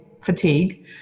fatigue